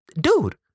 dude